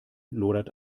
lodert